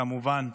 כמובן: